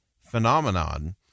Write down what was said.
phenomenon